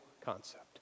concept